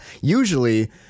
usually